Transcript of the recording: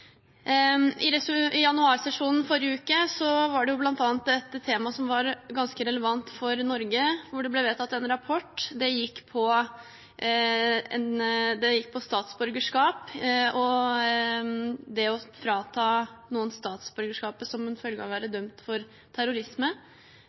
og verdier. I januarsesjonen forrige uke var det bl.a. et tema som var ganske relevant for Norge, og det ble vedtatt en rapport. Det gikk på statsborgerskap og det å frata noen statsborgerskapet som en følge av å være